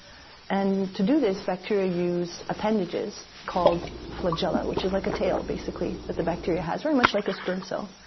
and to do this, bacteria use appendages called flagella, which is like a tail basically that the bacteria has, very much like a sperm cell.